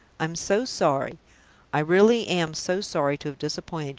i'm so sorry i really am so sorry to have disappointed you.